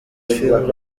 films